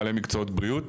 לבעלי מקצועות בריאות,